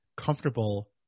comfortable